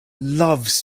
loves